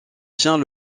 tient